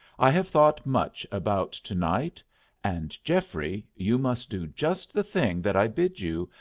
i have thought much about to-night and, geoffrey, you must do just the thing that i bid you,